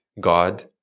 God